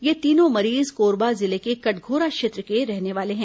ये तीनों मरीज कोरबा जिले के कटघोरा क्षेत्र के रहने वाले हैं